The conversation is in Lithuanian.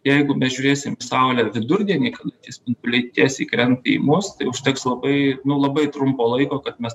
jeigu mes žiūrėsim į saulę vidurdienį tie spinduliai tiesiai krenta į mus tai užteks labai nu labai trumpo laiko kad mes